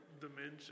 dimension